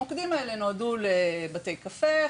המוקדים האלה נועדו לבתי קפה,